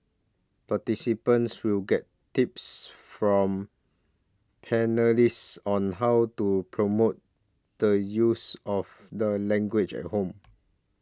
participants will get tips from panellists on how to promote the use of the language at home